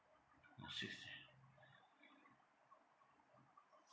uh six day